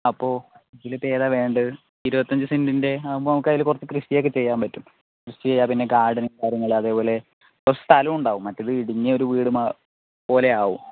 അപ്പോൾ ഇതിലിപ്പോൾ ഏതാ വേണ്ടത് ഇരുപത്തിയഞ്ച് സെന്റിൻ്റെ ആകുമ്പോൾ നമുക്കതില് കുറച്ച് കൃഷിയൊക്കെ ചെയ്യാൻ പറ്റും കൃഷി ചെയ്യാം പിന്നെ ഗാർഡൻ കാര്യങ്ങൾ അതെപോലെ സ്ഥലവും ഉണ്ടാവും മറ്റേത് ഇടുങ്ങിയ ഒരു വീട് പോലെയാവും